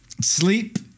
Sleep